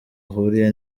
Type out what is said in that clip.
ahuriye